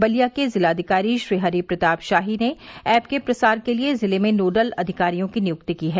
बलिया के जिलाधिकारी श्रीहरि प्रताप शाही ने ऐप के प्रसार के लिए जिले में नोडल अधिकारियों की नियुक्ति की है